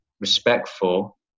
respectful